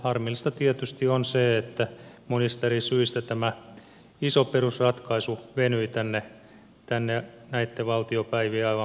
harmillista tietysti on se että monista eri syistä tämä iso perusratkaisu venyi tänne näitten valtiopäivien aivan loppuvaiheeseen